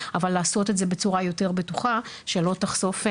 אבל לעשות את זה בצורה יותר בטוחה שלא תחשוף,